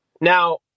Now